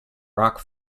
rock